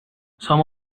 some